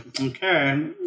okay